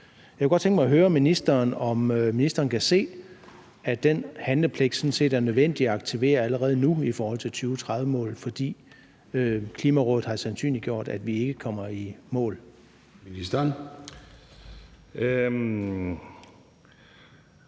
Jeg kunne godt tænke mig at høre ministeren, om ministeren kan se, at den handlepligt sådan set er nødvendig at aktivere allerede nu i forhold til 2030-målet, fordi Klimarådet har sandsynliggjort, at vi ikke kommer i mål. Kl.